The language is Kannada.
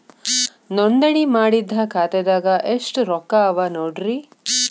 ನೋಂದಣಿ ಮಾಡಿದ್ದ ಖಾತೆದಾಗ್ ಎಷ್ಟು ರೊಕ್ಕಾ ಅವ ನೋಡ್ರಿ